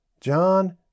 John